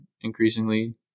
increasingly